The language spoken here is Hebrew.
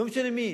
זה לא משנה מי.